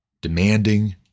demanding